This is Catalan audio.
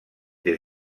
des